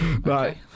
Right